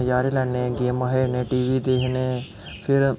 नजारे लैन्ने गेमां खेढने टी वी दिक्खने फिर